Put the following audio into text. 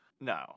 No